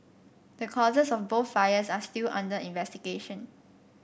the causes of both fires are still under investigation